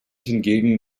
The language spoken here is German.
hingegen